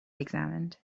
examined